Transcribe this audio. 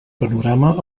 panorama